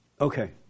Okay